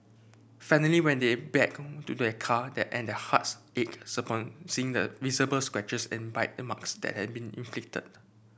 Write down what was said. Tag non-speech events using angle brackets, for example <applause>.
finally when they back to their car that and their hearts ached <unintelligible> seeing the visible scratches and bite remarks that had been inflicted